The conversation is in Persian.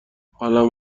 حالم